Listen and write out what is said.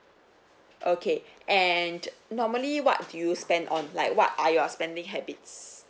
okay and normally what do you spend on like what are your spending habits